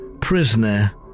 prisoner